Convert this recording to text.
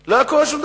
לא היה קורה דבר.